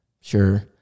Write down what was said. sure